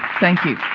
thank you.